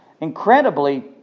incredibly